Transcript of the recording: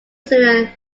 zealand